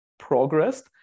progressed